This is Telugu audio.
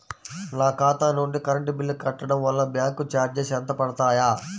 నా ఖాతా నుండి కరెంట్ బిల్ కట్టడం వలన బ్యాంకు చార్జెస్ ఎంత పడతాయా?